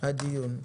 הדיון.